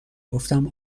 گفتم